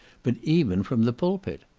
but even from the pulpit.